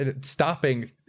stopping